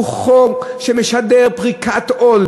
הוא חוק שמשדר פריקת עול,